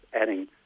adding